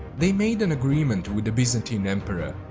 they made an agreement with the byzantine emperor,